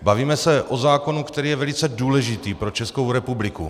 Bavíme se o zákonu, který je velice důležitý pro Českou republiku.